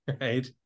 right